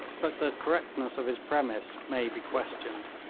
but the correctness of his premiss may be questioned.